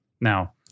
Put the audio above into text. Now